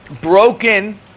broken